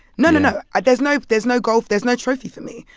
no, no, no. ah there's no there's no gold there's no trophy for me.